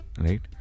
right